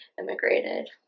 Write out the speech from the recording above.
immigrated